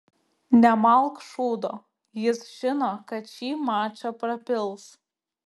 nemalk šūdo jis žino kad šį mačą prapils